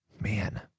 Man